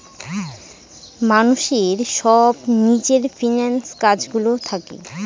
মানুষের সব নিজের ফিন্যান্স কাজ গুলো থাকে